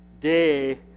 day